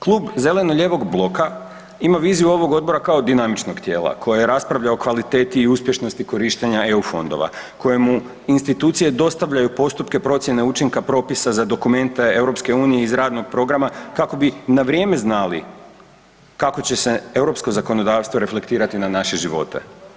Klub zelenog-lijevog bloka ima viziju ovog odbor kao dinamičnog djela koje raspravlja o kvaliteti i uspješnosti korištenju EU fondova kojemu institucije dostavljaju postupke procjene učinka propisa za dokumente EU-a iz radnog programa kako bi na vrijeme znali kako će se europsko zakonodavstvo reflektirati na naše živote.